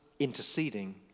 Interceding